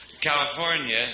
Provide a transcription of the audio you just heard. California